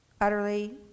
utterly